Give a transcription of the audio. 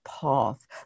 path